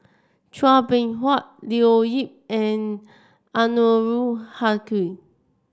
Chua Beng Huat Leo Yip and Anwarul Haque